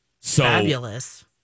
Fabulous